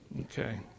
Okay